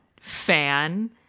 fan